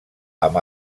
amb